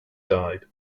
died